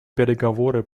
переговоры